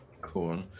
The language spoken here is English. Cool